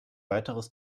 weiteres